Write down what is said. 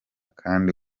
kandi